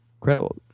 incredible